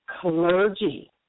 clergy